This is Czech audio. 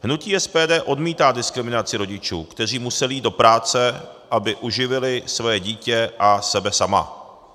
Hnutí SPD odmítá diskriminaci rodičů, kteří museli jít do práce, aby uživili svoje dítě a sebe sama.